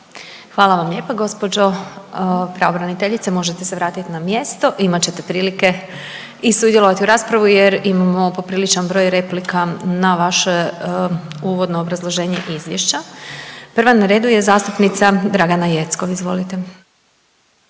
Hvala vam lijepo gđo pravobraniteljice, možete se vratiti na mjesto, imat ćete prilike i sudjelovati u raspravi jer imamo popriličan broj replika na vaše uvodno obrazloženje Izvješća. Prva na redu je zastupnica Dragana Jeckov, izvolite.